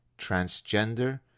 transgender